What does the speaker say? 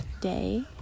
day